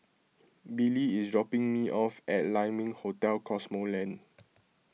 Billie is dropping me off at Lai Ming Hotel Cosmoland